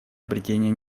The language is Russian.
обретения